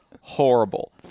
horrible